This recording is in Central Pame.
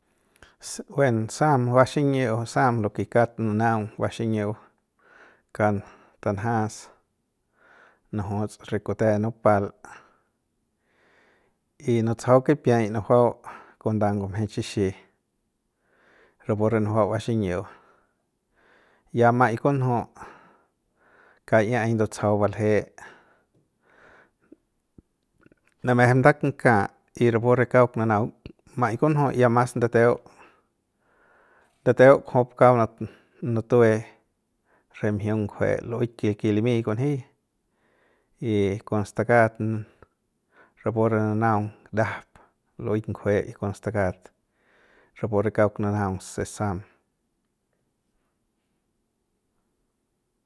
Ss buen sam va xiñiu sam lo ke kauk nunaung va xiñiu ka tanjas nujuts re kute nupal y nutsajau kipiai nujuau con nda ngumje chixi rapu re nujuau vaxiñiu ya ma'ai kunju ka'iai ndutsajau balje namejep ndakat y rapu re kauk nunaung y ya mas ndateu ndateu jupu kauk nutue re mjiung ngujue lueik ke ya limi kunji y kon stakat rapu re nunaung ndajap lueik ngujue y kon stakat rapu re kauk nunaung se sam.